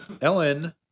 Ellen